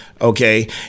Okay